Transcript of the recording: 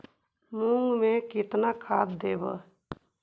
मुंग में केतना खाद देवे?